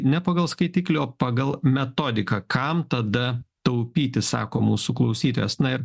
ne pagal skaitiklį o pagal metodiką kam tada taupyti sako mūsų klausytojas na ir